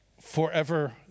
forever